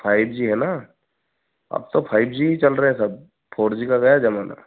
five G है ना अब तो फाइव जी ही चल रहा है सब फोर जी का गया जमाना